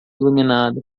iluminada